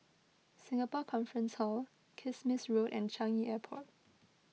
Singapore Conference Hall Kismis Road and Changi Airport